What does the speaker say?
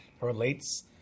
relates